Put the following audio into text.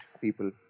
people